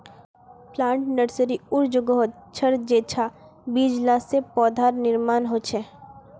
plant nursery उर जोगोह छर जेंछां बीज ला से पौधार निर्माण होछे